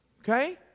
Okay